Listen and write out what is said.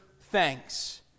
thanks